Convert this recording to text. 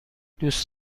دوست